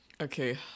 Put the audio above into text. Okay